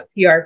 PR